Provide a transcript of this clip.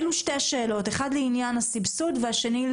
אלו שתי השאלות, אחת לעניין הסבסוד, והשנייה